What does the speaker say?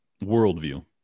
worldview